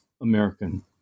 American